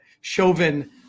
Chauvin